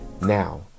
now